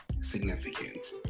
significant